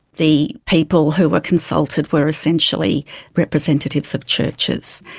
the people who were consulted where essentially representatives of churches,